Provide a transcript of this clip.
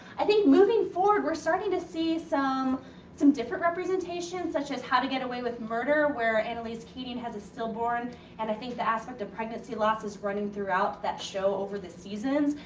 i think moving forward we're starting to see some some different representations such as how to get away with murder where annalise keating has a stillborn and i think the aspect of pregnancy loss is running throughout that show over the seasons.